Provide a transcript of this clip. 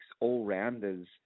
all-rounders